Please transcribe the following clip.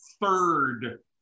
Third